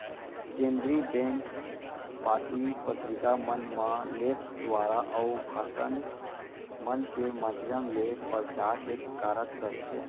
केनदरी bank पाती पतरिका मन म लेख दुवारा, अउ भासन मन के माधियम ले परचार के कारज करथे